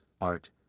art